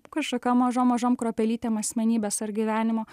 kažkokiom mažom mažom kruopelytėm asmenybės ar gyvenimo